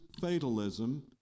fatalism